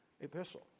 epistle